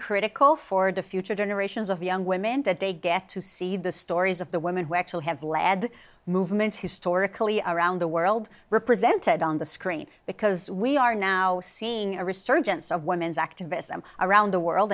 critical forward to future generations of young women that they get to see the stories of the women who actually have led movements historically around the world represented on the screen because we are now seeing a resurgence of women's activists and around the world